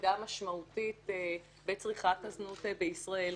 ירידה משמעותית בצריכת הזנות בישראל.